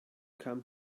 come